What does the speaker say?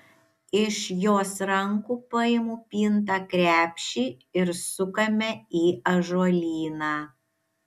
iš jos rankų paimu pintą krepšį ir sukame į ąžuolyną